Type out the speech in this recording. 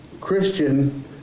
Christian